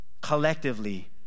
collectively